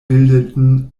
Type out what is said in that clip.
bildeten